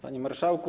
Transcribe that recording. Panie Marszałku!